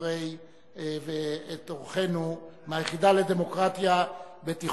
אורחינו מתיכון "סלמאן חטיב" היחידה לדמוקרטיה.